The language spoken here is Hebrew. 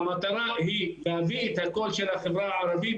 והמטרה היא להביא את הקול של החברה הערבית